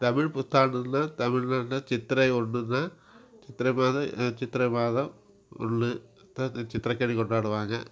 தமிழ் புத்தாண்டுன்னால் தமிழ்நாட்டில் சித்திரை ஒன்றுனா சித்திரை மாதம் சித்திரை மாதம் ஒன்று இந்த சித்திரை கனி கொண்டாடுவாங்க